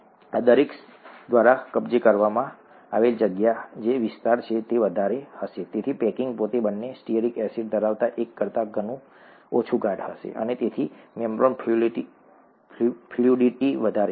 આ દરેક દ્વારા કબજે કરવામાં આવેલ જગ્યા જે વિસ્તાર છે તે વધારે હશે તેથી પેકિંગ પોતે બંને સ્ટીઅરિક એસિડ ધરાવતા એક કરતાં ઘણું ઓછું ગાઢ હશે અને તેથી મેમ્બ્રેન ફ્લુડિટી વધારે હશે